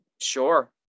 Sure